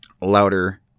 louder